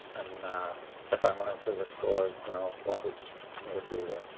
and if i went into the store, you know, bob would would be there.